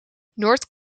noord